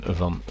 van